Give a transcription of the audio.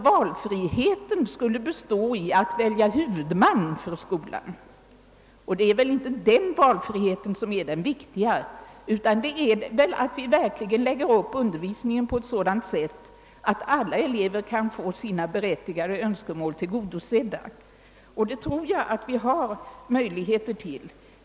Valfriheten skulle alltså bestå i att välja hu vudman för skolan, och det är väl inte den valfriheten som är den viktiga, utan det är väl att vi verkligen lägger upp undervisningen på ett sådant sätt att alla elever kan få sina berättigade behov tillgodosedda och det skall de alltid ha möjlighet till.